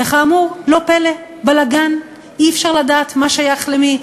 וכאמור, לא פלא, בלגן, אי-אפשר לדעת מה שייך למי.